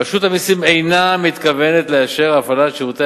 רשות המסים אינה מתכוונת לאשר הפעלת שירותי